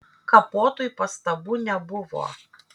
kapotui pastabų nebuvo